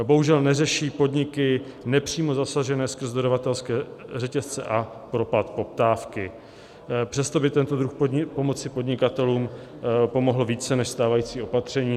Bohužel neřeší podniky nepřímo zasažené skrz dodavatelské řetězce a propad poptávky, přesto by tento druh pomoci podnikatelům pomohl více než stávající opatření.